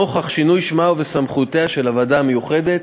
נוכח שינוי שמה וסמכויותיה של הוועדה המיוחדת.